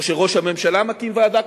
או כשראש הממשלה מקים ועדה,